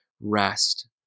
rest